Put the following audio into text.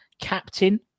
captain